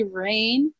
rain